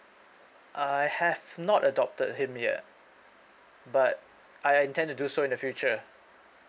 uh I have not adopted him yet but I intend to do so in the future